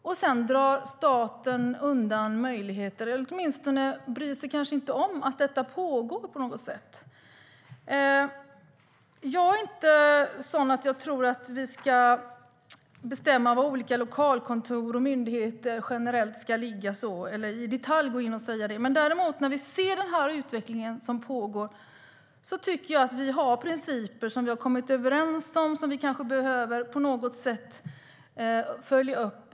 Men sedan drar staten undan möjligheter eller bryr sig kanske inte om att detta pågår på något sätt. Jag tycker inte att vi ska bestämma och i detalj säga var olika lokalkontor och myndigheter ska ligga. Men när vi ser den utveckling som pågår tycker jag att vi har principer som vi har kommit överens om som vi på något sätt kanske behöver följa upp.